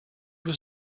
was